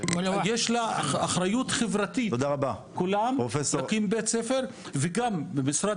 יש לה אחריות חברתית להקים בית ספר וגם במשרד